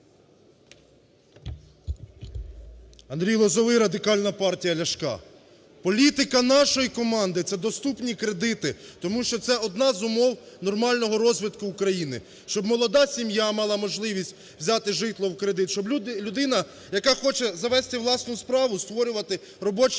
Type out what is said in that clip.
Андрій Лозовий, Радикальна партія Ляшка. Політика нашої команди – це доступні кредити, тому що це одна з умов нормального розвитку України. Щоб молода сім'я мала можливість взяти житло в кредит, щоб людина, яка хоче завести власну справу, створювати робочі